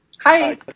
Hi